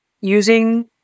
using